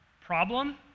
problem